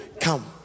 come